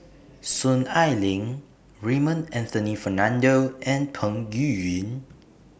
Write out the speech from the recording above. Soon Ai Ling Raymond Anthony Fernando and Peng Yuyun